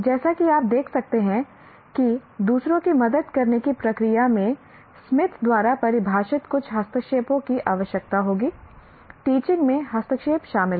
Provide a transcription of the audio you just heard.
जैसा कि आप देख सकते हैं कि दूसरों की मदद करने की प्रक्रिया में स्मिथ द्वारा परिभाषित कुछ हस्तक्षेपों की आवश्यकता होगी टीचिंग में हस्तक्षेप शामिल है